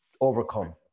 overcome